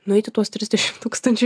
nueiti tuos trisdešimt tūkstančių